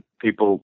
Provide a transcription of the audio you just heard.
people